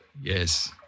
Yes